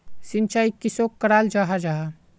सिंचाई किसोक कराल जाहा जाहा?